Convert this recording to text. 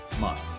months